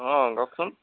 অ' কওঁকচোন